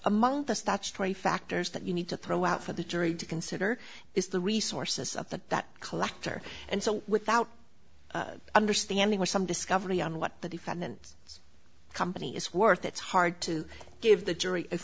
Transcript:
among the statutory factors that you need to throw out for the jury to consider is the resources of the that collector and so without understanding what some discovery on what the defendant company is worth it's hard to give the jury